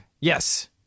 Yes